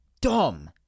dumb